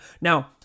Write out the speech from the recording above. Now